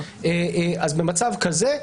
במצב כזה,